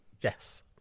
Yes